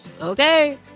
Okay